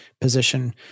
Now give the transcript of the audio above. position